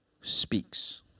speaks